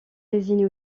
désigne